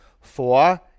Four